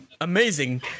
amazing